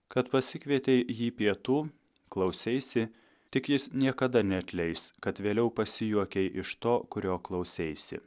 kad pasikvietei jį pietų klauseisi tik jis niekada neatleis kad vėliau pasijuokei iš to kurio klauseisi